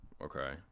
Okay